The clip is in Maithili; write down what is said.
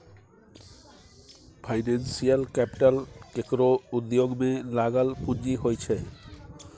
फाइनेंशियल कैपिटल केकरो उद्योग में लागल पूँजी होइ छै